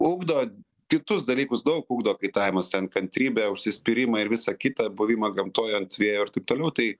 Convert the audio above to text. ugdo kitus dalykus daug ugdo kaitavimas ten kantrybę užsispyrimą ir visa kita buvimą gamtoj ant vėjo ir taip toliau tai